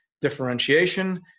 differentiation